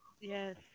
yes